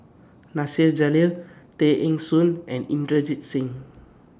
Nasir Jalil Tay Eng Soon and Inderjit Singh